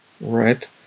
right